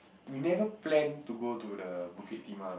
we never plan to go to the Bukit-Timah